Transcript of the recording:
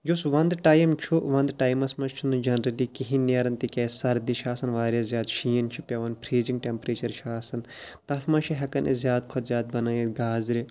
یُس ونٛدٕ ٹایم چھُ ونٛدٕ ٹایمَس منٛز چھُنہٕ جَنرٔلی کِہیٖنۍ نیران تِکیٛازِ سردی چھےٚ آسان واریاہ زیادٕ شیٖن چھُ پٮ۪وان پھِرٛیٖزِنٛگ ٹٮ۪مپریچَر چھُ آسان تَتھ منٛز چھِ ہٮ۪کان أسۍ زیادٕ کھۄتہٕ زیادٕ بَنٲوِتھ گازرِ